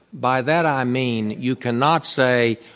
by that i mean you cannot say,